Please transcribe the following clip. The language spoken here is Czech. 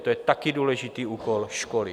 To je také důležitý úkol školy.